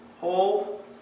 hold